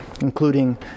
including